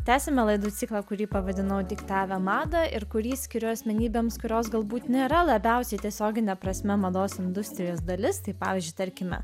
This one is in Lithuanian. tęsiame laidų ciklą kurį pavadinau diktavę madą ir kurį skiriu asmenybėms kurios galbūt nėra labiausiai tiesiogine prasme mados industrijos dalis tai pavyzdžiui tarkime